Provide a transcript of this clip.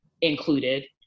included